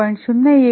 65 अधिक 0